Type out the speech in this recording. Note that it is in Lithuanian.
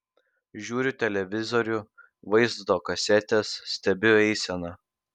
žiūriu televizorių vaizdo kasetes stebiu eiseną